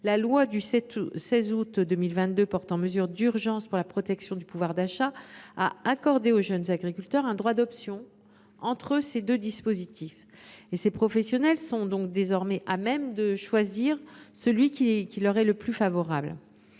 la loi du 16 août 2022 portant mesures d’urgence pour la protection du pouvoir d’achat a accordé aux jeunes agriculteurs un droit d’option entre ces deux dispositifs. Ces professionnels sont donc désormais à même de choisir celle de ces deux formules